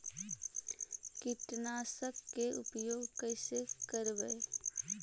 कीटनाशक के उपयोग कैसे करबइ?